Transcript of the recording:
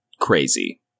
crazy